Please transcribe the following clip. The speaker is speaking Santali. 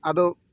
ᱟᱫᱚ